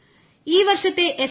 C ഈ വർഷത്തെ S